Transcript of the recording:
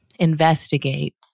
investigate